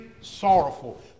sorrowful